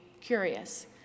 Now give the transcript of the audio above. curious